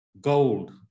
Gold